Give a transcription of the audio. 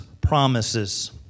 promises